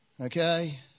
okay